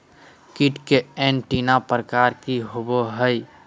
कीट के एंटीना प्रकार कि होवय हैय?